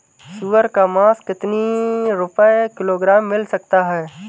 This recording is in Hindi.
सुअर का मांस कितनी रुपय किलोग्राम मिल सकता है?